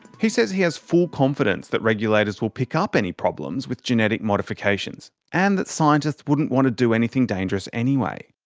he says he has full confidence that regulators will pick up any problems with genetic modifications and that scientists wouldn't want to do anything dangerous anyway.